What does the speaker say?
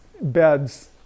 beds